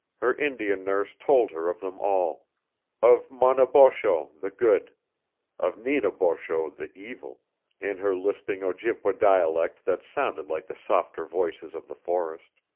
her indian nurse told her of them all of maunabosho, the good of nenaubosho the evil in her lisping ojibway dialect that sounded like the softer voices of the forest.